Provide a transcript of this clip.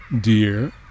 Dear